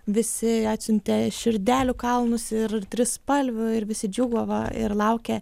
visi atsiuntė širdelių kalnus ir trispalvių ir visi džiūgavo ir laukė